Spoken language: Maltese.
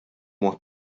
mod